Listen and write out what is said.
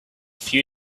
few